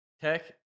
Tech